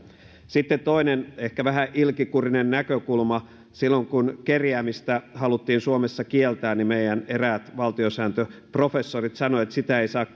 sitten toinen ehkä vähän ilkikurinen näkökulma silloin kun kerjäämistä haluttiin suomessa kieltää niin meidän eräät valtiosääntöprofessorit sanoivat että sitä ei saa